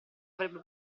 avrebbe